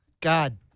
God